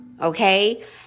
okay